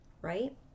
right